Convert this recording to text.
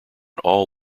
all